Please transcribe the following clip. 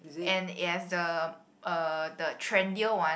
and it has the uh the trendier one